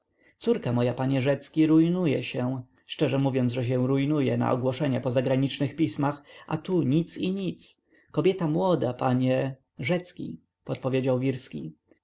córka moja panie rzecki rujnuje się szczerze mówię że się rujnuje na ogłoszenia po zagranicznych pismach a tu nic i nic kobieta młoda panie rzecki podpowiedział wirski